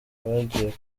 bagiye